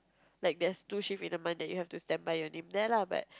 like there's two shift in a month that you have to standby your name there lah but